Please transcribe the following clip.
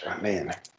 man